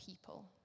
people